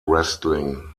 wrestling